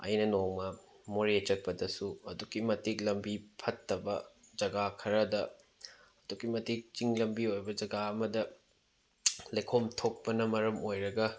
ꯑꯩꯅ ꯅꯣꯡꯃ ꯃꯣꯔꯦ ꯆꯠꯄꯗꯁꯨ ꯑꯗꯨꯛꯀꯤ ꯃꯇꯤꯛ ꯂꯝꯕꯤ ꯐꯠꯇꯕ ꯖꯒꯥ ꯈꯔꯗ ꯑꯗꯨꯛꯀꯤ ꯃꯇꯤꯛ ꯆꯤꯡ ꯂꯝꯕꯤ ꯑꯣꯏꯕ ꯖꯒꯥ ꯑꯃꯗ ꯂꯩꯈꯣꯝ ꯊꯣꯛꯄꯅ ꯃꯔꯝ ꯑꯣꯏꯔꯒ